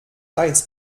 eins